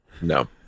No